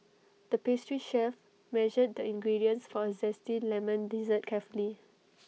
the pastry chef measured the ingredients for A Zesty Lemon Dessert carefully